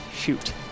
Shoot